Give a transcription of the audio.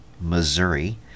Missouri